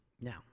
Now